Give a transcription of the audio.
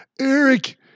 Eric